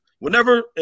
Whenever